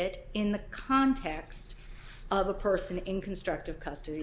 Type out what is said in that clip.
the context of a person in constructive custody